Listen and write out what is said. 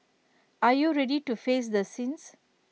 are you ready to face the sins